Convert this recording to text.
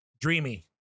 dreamy